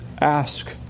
ask